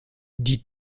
die